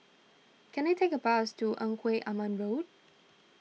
can I take a bus to Engku Aman Road